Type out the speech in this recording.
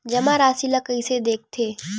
जमा राशि ला कइसे देखथे?